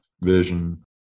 vision